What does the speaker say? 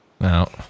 No